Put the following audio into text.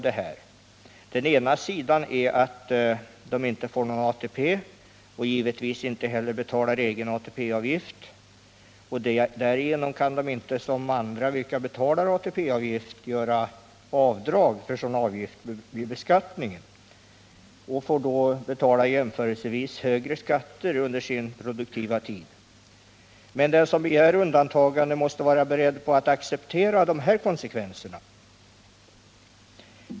De får ingen ATP och får givetvis inte heller betala egen ATP-avgift. Därigenom kan de inte som andra, vilka betalar ATP-avgift, göra avdrag för sådana avgifter vid beskattningen. De får då betala jämförelsevis högre skatter under sin produktiva tid. Den som begär undantagande måste vara beredd att acceptera dessa konsekvenser.